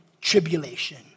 tribulation